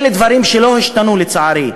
אלה דברים שלא השתנו, לצערי.